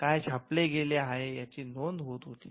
काय छापले गेले आहे याची नोंद होत होती